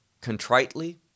contritely